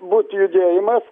būt judėjimas